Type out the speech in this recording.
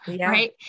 right